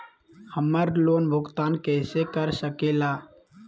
हम्मर लोन भुगतान कैसे कर सके ला?